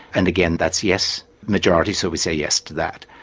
and again that's yes majority so we say yes to that.